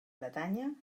bretanya